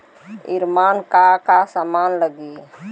ईमन का का समान लगी?